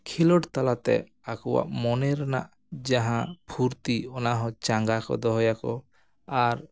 ᱠᱷᱮᱞᱳᱰ ᱛᱟᱞᱟᱛᱮ ᱟᱠᱚᱣᱟᱜ ᱢᱚᱱᱮ ᱨᱮᱱᱟᱜ ᱡᱟᱦᱟᱸ ᱯᱷᱩᱨᱛᱤ ᱚᱱᱟ ᱦᱚᱸ ᱪᱟᱝᱜᱟ ᱠᱚ ᱫᱚᱦᱚᱭᱟᱠᱚ ᱟᱨ